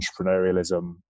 entrepreneurialism